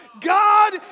God